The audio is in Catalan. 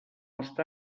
està